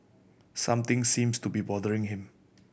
something seems to be bothering him